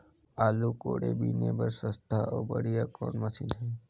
आलू कोड़े बीने बर सस्ता अउ बढ़िया कौन मशीन हे?